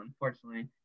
unfortunately